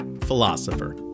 philosopher